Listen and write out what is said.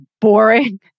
boring